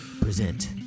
present